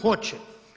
Hoće.